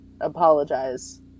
apologize